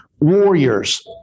warriors